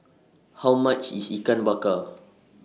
How much IS Ikan Bakar